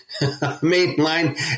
mainline